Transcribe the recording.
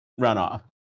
runoff